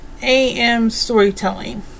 amstorytelling